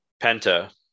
Penta